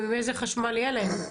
איזה חשמל יהיה להם?